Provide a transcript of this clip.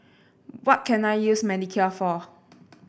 what can I use Manicare for